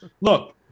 look